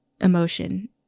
emotion